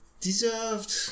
deserved